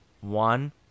One